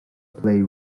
play